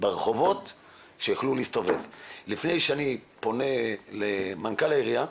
האם רק כאשר כואב משהו לעירייה,